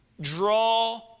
draw